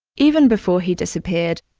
even before he disappeared,